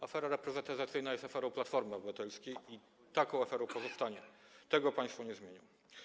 Afera reprywatyzacyjna jest aferą Platformy Obywatelskiej i taką aferą pozostanie, tego państwo nie zmienią.